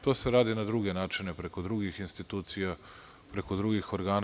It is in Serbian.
To se radi na druge načine, preko drugih institucija, preko drugih organa.